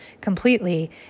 completely